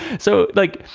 so, like,